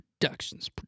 productions